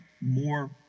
more